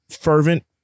fervent